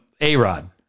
A-Rod